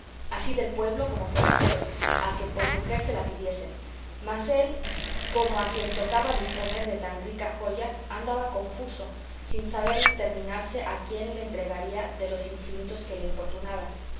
así del pueblo como forasteros a que por mujer se la pidiesen mas él como a quien tocaba disponer de tan rica joya andaba confuso sin saber determinarse a quién la entregaría de los infinitos que le importunaban